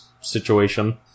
situation